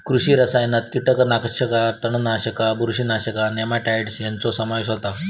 कृषी रसायनात कीटकनाशका, तणनाशका, बुरशीनाशका, नेमाटाइड्स ह्यांचो समावेश होता